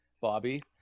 Bobby